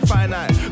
Finite